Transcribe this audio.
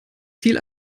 ziel